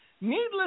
Needless